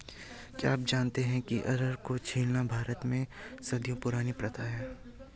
क्या आप जानते है अरहर को छीलना भारत में सदियों पुरानी प्रथा है?